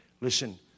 listen